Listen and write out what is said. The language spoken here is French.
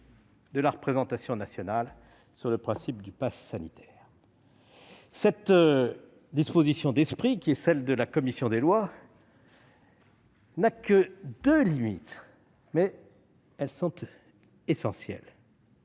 de la représentation nationale sur le principe du passe sanitaire. Cette disposition d'esprit, qui est celle de la commission des lois, connaît seulement deux limites, mais qui sont essentielles.